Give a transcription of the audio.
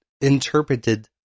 interpreted